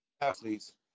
athletes